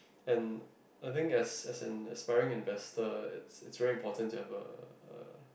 and I think as as an aspiring investor it's it's very important to have uh uh